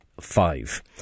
five